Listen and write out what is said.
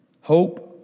Hope